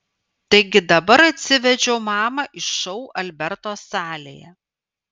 taigi dabar atsivedžiau mamą į šou alberto salėje